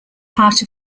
part